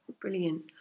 brilliant